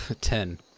Ten